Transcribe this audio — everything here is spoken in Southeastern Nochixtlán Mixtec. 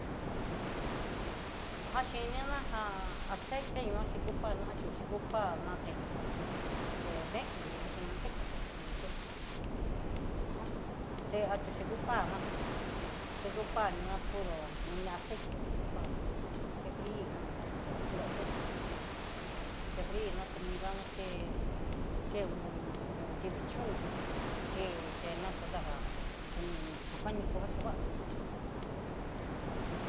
Jan xhi nina ján aceité ño xhi kupa naxhio xhí kupa'a ná deen por que deen le dicen, manteca pues pa que entienda té ajan té achió té ku pá najan che kupa nina puro mini aceite xe kupa ná chefri nana kandó, pero puro aceite chefri na comida na ke- ke hon nrivii chón ké chena kudajá kon sakani ko'a xhivanan.